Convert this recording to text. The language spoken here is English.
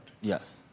Yes